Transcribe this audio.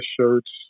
shirts